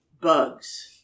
bugs